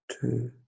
two